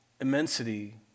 immensity